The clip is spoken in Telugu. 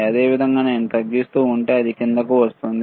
అదేవిధంగా నేను తగ్గిస్తూ ఉంటే అది కిందకు వస్తుంది